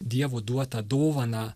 dievo duotą dovaną